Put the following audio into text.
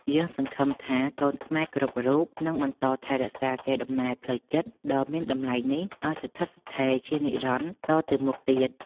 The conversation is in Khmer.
យើងសង្ឃឹមថាកូនខ្មែរគ្រប់រូបនឹងបន្តថែរក្សាកេរដំណែលផ្លូវចិត្តដ៏មានតម្លៃនេះឱ្យស្ថិតស្ថេរជានិរន្តរ៍តទៅមុខទៀត។